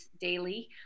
daily